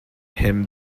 him